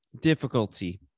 difficulty